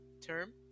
term